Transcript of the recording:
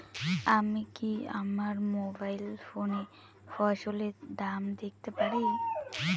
আমি কি আমার মোবাইল ফোনে ফসলের দাম দেখতে পারি?